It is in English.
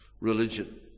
religion